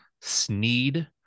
Sneed